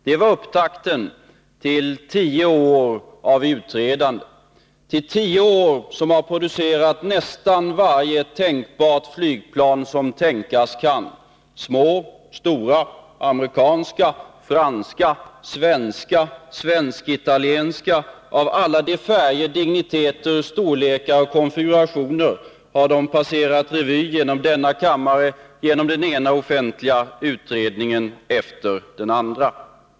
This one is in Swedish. Det var upptakten till tio år av utredande — utredningar som har belyst och föreslagit nästan varje tänkbar flygplanstyp: små, stora, amerikanska, franska, svenska och svensk-italienska plan. Plan av alla de färger, digniteter, storlekar och konfigurationer har passerat revy genom denna kammare, genom den ena offentliga utredningen efter den andra.